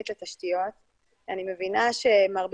אני שומעת צחוק בקהל.